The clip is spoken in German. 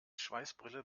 schweißbrille